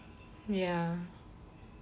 ya